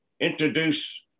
introduce